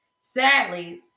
Sadly